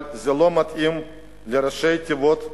אבל זה לא מתאים לראשי התיבות.